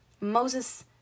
moses